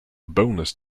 bonus